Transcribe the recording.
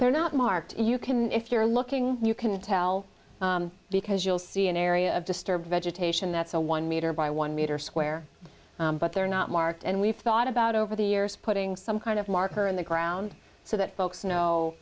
they're not marked you can if you're looking you can tell because you'll see an area of disturbed vegetation that's a one meter by one meter square but they're not marked and we've thought about over the years putting some kind of marker in the ground so that folks kno